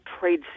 trade